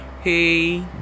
hey